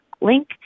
link